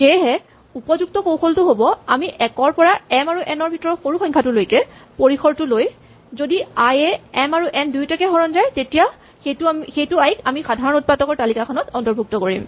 সেয়েহে উপযুক্ত কৌশলটো হ'ব আমি ১ ৰ পৰা এম আৰু এন ৰ ভিতৰৰ সৰু সংখ্যাটোলৈকে পৰিসৰটো লৈ যদি আই এ এম আৰু এন দুয়োটাকে হৰণ যায় তেতিয়া আমি সেইটো আই ক সাধাৰণ উৎপাদকৰ তালিকাখনত অৰ্ন্তভুক্ত কৰিম